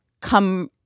come